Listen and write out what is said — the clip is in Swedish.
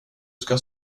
ska